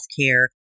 healthcare